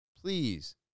please